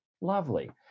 Lovely